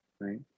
Right